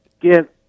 get